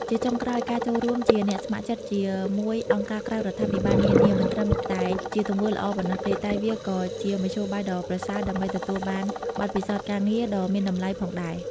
ជាចុងក្រោយការចូលរួមជា អ្នកស្ម័គ្រចិត្តជាមួយអង្គការក្រៅរដ្ឋាភិបាលនានា មិនត្រឹមតែជាទង្វើល្អប៉ុណ្ណោះទេ តែវាក៏ជា មធ្យោបាយដ៏ប្រសើរដើម្បីទទួលបានបទពិសោធន៍ការងារដ៏មានតម្លៃ ផងដែរ។